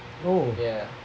oh